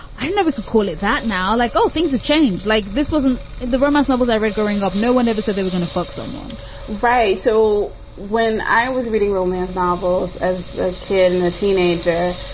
i don't know, we could call it that now. like, oh, things have changed. like this wasn't the romance novels i read growing up. no one ever said they were going to fuck someone right. so when i was reading romance novels as a kid and a teenager,